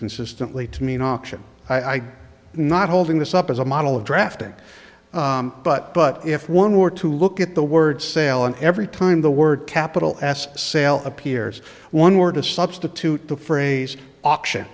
consistently to mean auction i do not holding this up as a model of drafting but but if one were to look at the word sale and every time the word pittel s sale appears one word to substitute the phrase auction